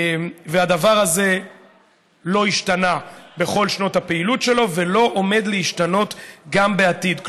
והדבר הזה לא השתנה בכל שנות הפעילות שלו ולא עומד להשתנות גם בעתיד.